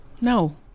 no